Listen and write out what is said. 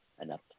enough